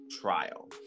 trial